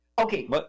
Okay